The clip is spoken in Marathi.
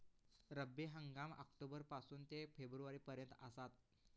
रब्बी हंगाम ऑक्टोबर पासून ते फेब्रुवारी पर्यंत आसात